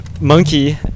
monkey